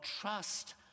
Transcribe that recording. trust